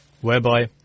whereby